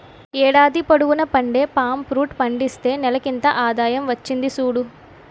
ఏడాది పొడువునా పండే పామ్ ఫ్రూట్ పండిస్తే నెలకింత ఆదాయం వచ్చింది సూడు